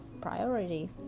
priority